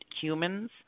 humans